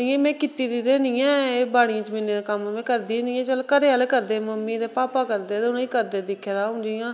इयां में कीती दी ते हैन्नी ऐ बाड़ियें जमीनें दे कम्म करदी नी ऐ चलो घरे आह्ले करदे मम्मी ते पापा करदे ते मीं करदे दिक्खे दा जियां